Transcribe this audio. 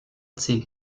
zehn